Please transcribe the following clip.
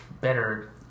better